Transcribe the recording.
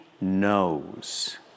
knows